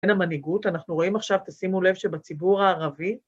המנהיגות, אנחנו רואים עכשיו, תשימו לב, שבציבור הערבי...